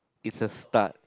it's a start